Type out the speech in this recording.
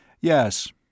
Yes